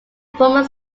former